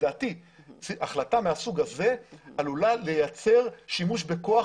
לדעתי החלטה מהסוג הזה עלולה לייצר שימוש בכוח